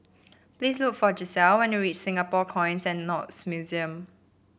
please look for Gisele when you reach Singapore Coins and Notes Museum